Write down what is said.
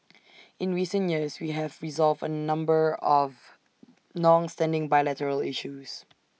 in recent years we have resolved A number of longstanding bilateral issues